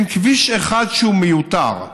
אין כביש אחד שהוא מיותר.